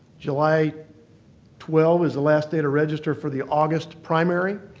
july twelve is the last day to register for the august primary.